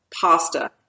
pasta